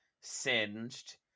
Singed